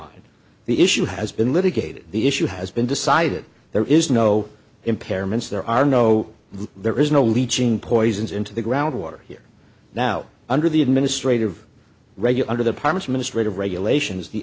mind the issue has been litigated the issue has been decided there is no impairments there are no there is no leeching poisons into the ground water here now under the administrative regular under the promise ministry of regulations the